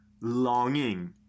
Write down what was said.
longing